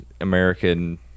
american